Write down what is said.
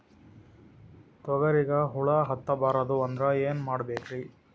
ತೊಗರಿಗ ಹುಳ ಹತ್ತಬಾರದು ಅಂದ್ರ ಏನ್ ಮಾಡಬೇಕ್ರಿ?